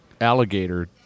alligator